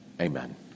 Amen